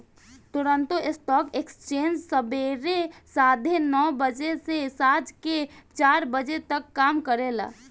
Toronto stock exchange सबेरे साढ़े नौ बजे से सांझ के चार बजे तक काम करेला